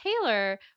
Taylor